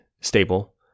stable